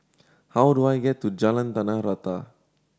how do I get to Jalan Tanah Rata